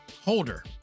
holder